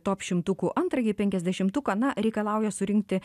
top šimtukų antrąjį penkiasdešimtuką na reikalauja surinkti